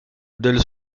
del